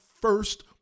first